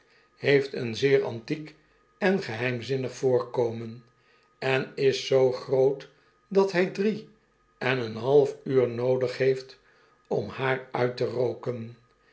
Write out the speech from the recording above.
heeft een zeer antiek en geheimzinnig voorkomen en is zoo groot dat hij drie en een half uur noodig heeft om haar uit te rooken